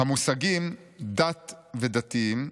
"המושגים 'דת' ו'דתיים'